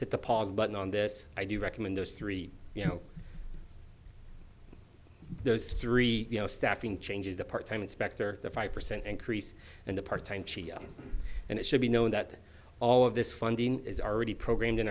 that the pause button on this i do recommend those three you know those three staffing changes the part time inspector the five percent increase and the part time cio and it should be known that all of this funding is already programmed in